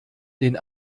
den